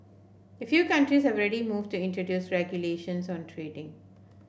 a few countries have already moved to introduce regulations on trading